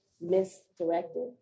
misdirected